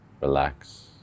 relax